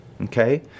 Okay